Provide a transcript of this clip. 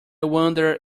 wonder